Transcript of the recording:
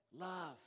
Love